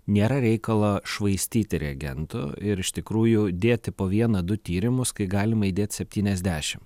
nėra reikalo švaistyti reagentų ir iš tikrųjų dėti po vieną du tyrimus kai galima įdėt septyniasdešim